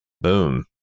Boom